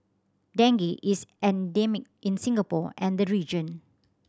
dengue is endemic in Singapore and the region